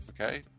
okay